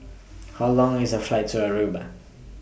How Long IS The Flight to Aruba